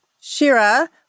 Shira